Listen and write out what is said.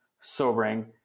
sobering